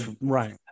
right